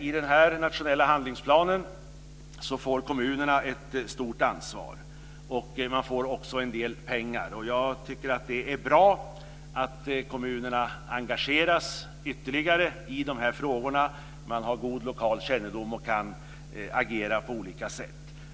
I den här nationella handlingsplanen får kommunerna ett stort ansvar. Man får också en del pengar. Jag tycker att det är bra att kommunerna engageras ytterligare i de här frågorna. Man har god lokal kännedom och kan agera på olika sätt.